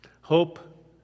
Hope